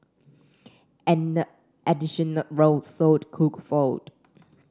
an additional row sold cooked food